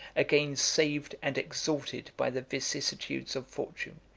again saved and exalted by the vicissitudes of fortune,